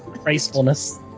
gracefulness